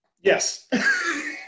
Yes